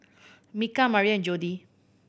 Micah Maria and Jodie